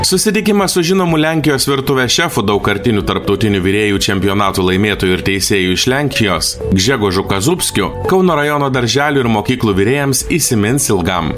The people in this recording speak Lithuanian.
susitikimas su žinomu lenkijos virtuvės šefu daugkartiniu tarptautinių virėjų čempionatų laimėtoju ir teisėju iš lenkijos gžegožu kazupskiu kauno rajono darželių ir mokyklų virėjams įsimins ilgam